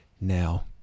now